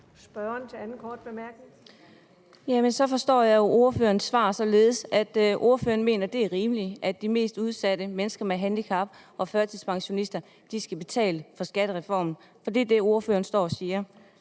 Karina Adsbøl (DF): Jamen så forstår jeg ordførerens svar således, at ordføreren mener, at det er rimeligt, at de mest udsatte mennesker med et handicap og førtidspensionister skal betale for skattereformen. Det er det, ordføreren står og siger.